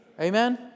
Amen